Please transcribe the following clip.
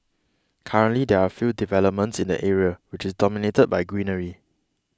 currently there are few developments in the area which is dominated by greenery